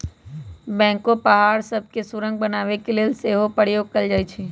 backhoe पहाड़ सभ में सुरंग बनाने के लेल सेहो प्रयोग कएल जाइ छइ